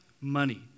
money